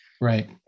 right